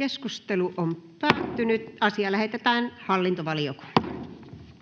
=== STRUCTURED CONTENT ===